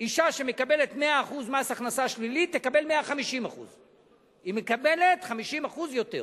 אשה שמקבלת 100% מס הכנסה שלילי תקבל 150%. היא מקבלת 50% יותר.